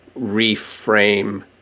reframe